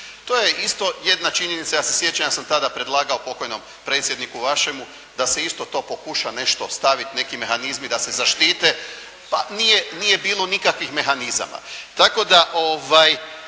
To je isto jedna činjenica, ja se sjećam ja sam tada predlagao pokojnom predsjedniku vašemu, da se isto to pokuša nešto staviti, neki mehanizmi da se zaštite. Pa nije bilo nikakvih mehanizama.